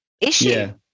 issue